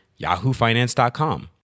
yahoofinance.com